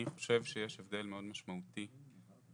אני חושב שיש הבדל מאוד משמעותי בין